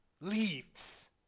leaves